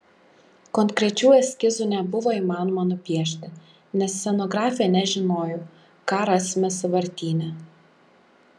konkrečių eskizų nebuvo įmanoma nupiešti nes scenografė nežinojo ką rasime sąvartyne